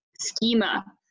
schema